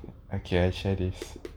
okay I share this